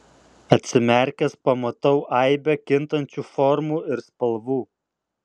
atsimerkęs pamatau aibę kintančių formų ir spalvų